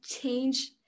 change